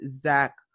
Zach